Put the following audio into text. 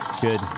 Good